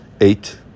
Eight